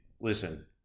listen